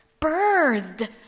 birthed